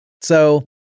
So-